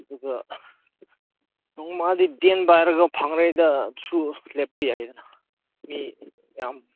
ꯑꯗꯨꯒ ꯅꯣꯡꯃꯗꯤ ꯗꯦꯟ ꯄꯥꯏꯔꯒ ꯐꯥꯡꯔꯩꯗꯁꯨ ꯂꯦꯞꯄ ꯌꯥꯏꯗꯅ ꯃꯤ ꯌꯥꯝ